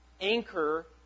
anchor